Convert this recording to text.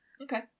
okay